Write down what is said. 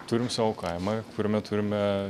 turim savo kaimą kuriame turime